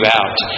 out